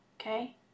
okay